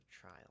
trial